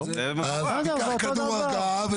ואת זה --- אז תיקח כדור הרגעה,